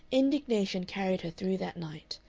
indignation carried her through that night,